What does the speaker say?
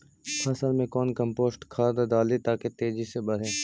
फसल मे कौन कम्पोस्ट खाद डाली ताकि तेजी से बदे?